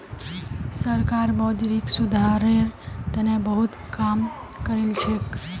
सरकार मौद्रिक सुधारेर तने बहुत काम करिलछेक